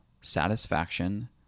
satisfaction